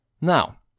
Now